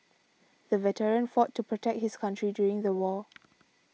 the veteran fought to protect his country during the war